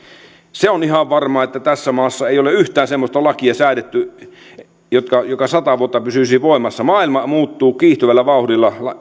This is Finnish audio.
se on ihan varma että tässä maassa ei ole yhtään semmoista lakia säädetty joka sata vuotta pysyisi voimassa maailma muuttuu kiihtyvällä vauhdilla